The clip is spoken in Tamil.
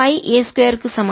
பை a 2 க்கு சமம்